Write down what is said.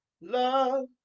love